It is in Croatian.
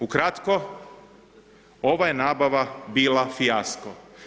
Ukratko ova je nabava bila fijasko.